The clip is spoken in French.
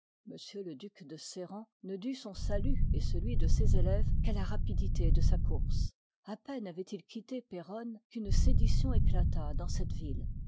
le duc de sérent ne dut son salut et celui de ses élèves qu'à la rapidité de sa course a peine avoit il quitté péronne qu'une sédition éclata dans cette ville